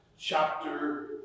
chapter